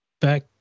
back